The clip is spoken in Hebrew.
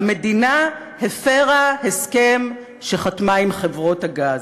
המדינה הפרה הסכם שחתמה עם חברות הגז.